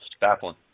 Baffling